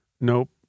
Nope